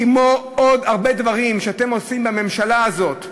כמו עוד הרבה דברים שאתם עושים בממשלה הזאת,